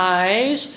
eyes